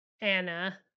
Anna